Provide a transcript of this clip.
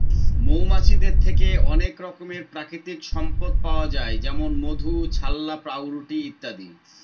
মৌমাছিদের থেকে অনেক রকমের প্রাকৃতিক সম্পদ পাওয়া যায় যেমন মধু, ছাল্লা, পাউরুটি ইত্যাদি